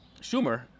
Schumer